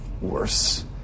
worse